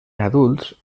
adults